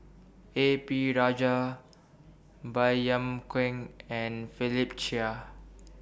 A P Rajah Baey Yam Keng and Philip Chia